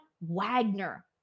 Wagner